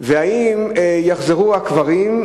2. האם יוחזרו הקברים,